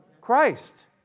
Christ